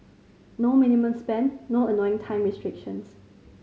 no minimum spend no annoying time restrictions